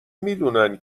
میدونن